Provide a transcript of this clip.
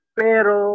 pero